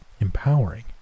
empowering